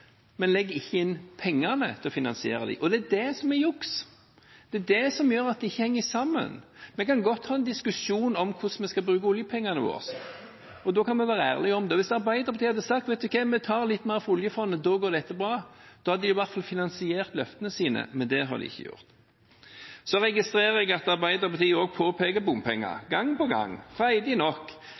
men de legger ikke inn pengene til å finansiere dem. Det er det som er juks. Det er det som gjør at det ikke henger sammen. Vi kan godt ha en diskusjon om hvordan vi skal bruke oljepengene våre. Da kan vi være ærlige om det. Hvis Arbeiderpartiet hadde sagt at de ville ta litt mer fra oljefondet, for da ville det gå bra, hadde de i hvert fall finansiert løftene sine. Men det har de ikke gjort. Jeg registrerer at Arbeiderpartiet også påpeker bompenger – gang på gang, freidig nok.